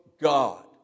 God